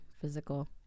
physical